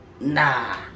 nah